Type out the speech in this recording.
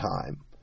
time